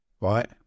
right